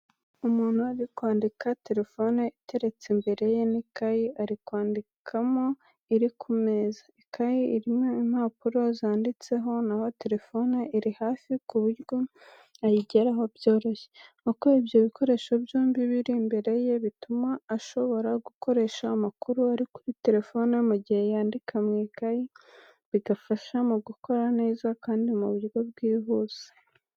Umuntu uri kwandika telefone iteretse imbere ye n'ikayi ari kwandikamo iri ku meza. Ikayi irimo impapuro zanditseho, na ho telefone iri hafi ku buryo ayigeraho byoroshye. Uko ibyo bikoresho byombi biri imbere ye bituma ashobora gukoresha amakuru ari kuri telefone mu gihe yandika mu ikayi, bigafasha mu gukora neza kandi mu buryo bwihuse.